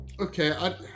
okay